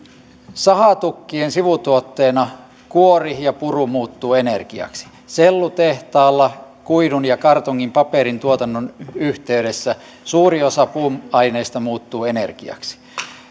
sahatukkien sivutuotteena kuori ja puru muuttuvat energiaksi sellutehtaalla kuidun ja kartongin paperintuotannon yhteydessä suuri osa puuaineesta muuttuu energiaksi